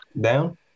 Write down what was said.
down